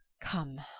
come,